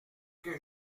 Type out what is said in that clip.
que